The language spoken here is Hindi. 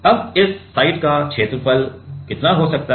अब इस साइड का क्षेत्रफल कितना हो सकता है